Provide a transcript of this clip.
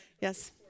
Yes